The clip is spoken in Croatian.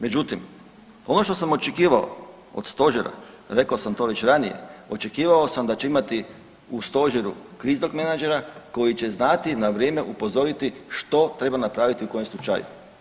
Međutim, ono što sam očekivao od stožera, rekao sam to već ranije, očekivao sam da će imati u stožeru kriznog menadžera koji će znati na vrijeme upozoriti što treba napraviti u kojem slučaju.